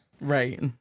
right